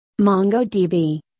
MongoDB